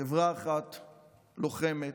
חברה אחת לוחמת,